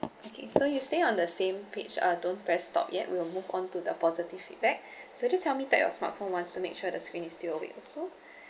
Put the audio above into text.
okay so you stay on the same page uh don't press stop yet we'll move on to the positive feedback so just help me tap your smartphone once to make sure the screen is still awake also